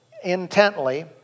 intently